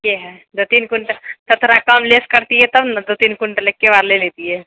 ठीके है दू तीन क्विंटल थोड़ा कम लेस करतिए तब ने दू तीन क्विंटल एके बार ले लेतिऐ